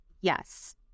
Yes